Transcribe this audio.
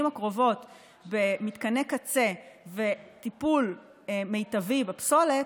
הקרובות במתקני קצה וטיפול מיטבי בפסולת,